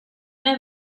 ina